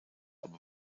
aber